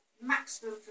maximum